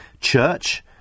church